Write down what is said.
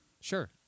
Sure